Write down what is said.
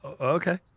okay